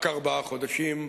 רק ארבעה חודשים,